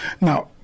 Now